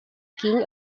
king